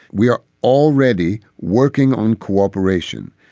we are already working on cooperation.